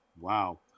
Wow